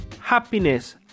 happiness